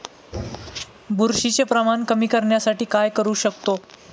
बुरशीचे प्रमाण कमी करण्यासाठी काय करू शकतो?